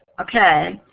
okay.